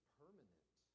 permanent